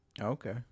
Okay